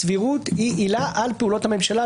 סבירות היא עילה על פעולות הממשלה,